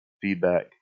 feedback